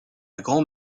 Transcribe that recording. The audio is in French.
grand